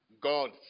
God